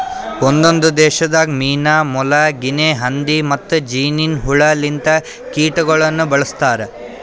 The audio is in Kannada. ಒಂದೊಂದು ದೇಶದಾಗ್ ಮೀನಾ, ಮೊಲ, ಗಿನೆ ಹಂದಿ ಮತ್ತ್ ಜೇನಿನ್ ಹುಳ ಲಿಂತ ಕೀಟಗೊಳನು ಬಳ್ಸತಾರ್